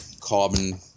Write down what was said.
carbon